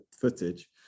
footage